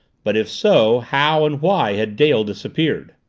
but if so, how and why had dale disappeared?